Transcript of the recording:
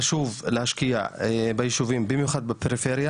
חשוב להשקיע בישובים במיוחד בפריפריה